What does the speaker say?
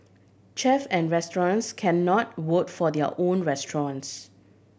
chef and restaurants cannot vote for their own restaurants